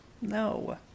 No